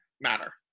matter